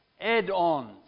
add-ons